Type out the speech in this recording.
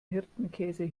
hirtenkäse